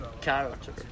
character